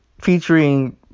featuring